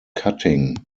cutting